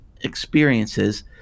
experiences